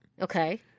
Okay